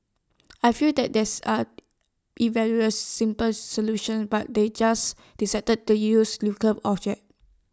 I feel like these are simpler solutions but they just decided to use the nuclear object